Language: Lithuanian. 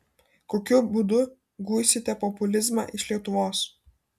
kokiu būdu guisite populizmą iš lietuvos